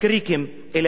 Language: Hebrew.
אלעזר בן יאיר,